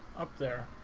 up their